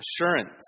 assurance